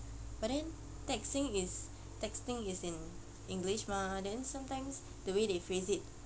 but then texting is texting is in english mah then sometimes the way they phrase it